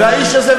והאיש הזה,